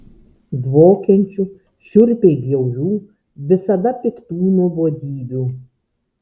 dvokiančių šiurpiai bjaurių visada piktų nuobodybių